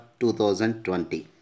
2020